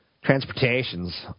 Transportations